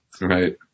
Right